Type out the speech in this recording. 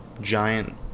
giant